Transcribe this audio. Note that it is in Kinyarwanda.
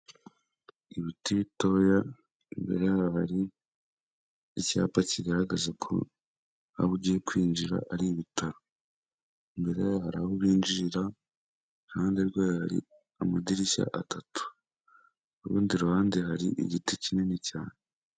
Ibiti bitoya imbere hari icyapa kigaragaza ko aho ugiye kwinjira ari ibitaro. Imbere y'aho hari aho binjirira, iruhande rwe hari amadirishya atatu. Urundi ruhande hari igiti kinini cyane.